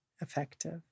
effective